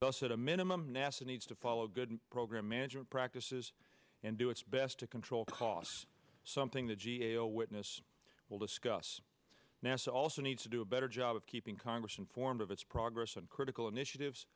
at a minimum nasa needs to follow a good program management practices and do its best to control costs something the g a o witness will discuss nasa also need to do a better job of keeping congress informed of its progress and critical initiatives